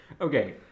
Okay